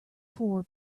four